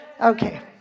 okay